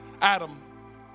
Adam